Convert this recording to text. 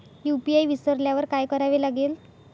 UPI विसरल्यावर काय करावे लागेल?